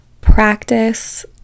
practice